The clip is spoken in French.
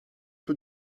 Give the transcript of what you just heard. peu